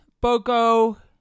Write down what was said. Boko